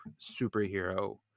superhero